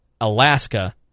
Alaska